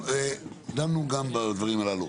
דנו גם בדברים האלה.